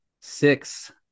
Six